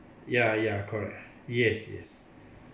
ya ya correct yes yes